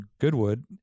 goodwood